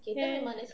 then